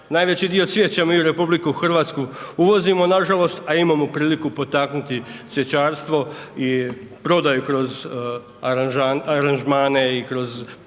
Najveći dio cvijeća mi u RH uvozimo nažalost, a imamo priliku potaknuti cvjećarstvo i prodaju kroz aranžmane i kroz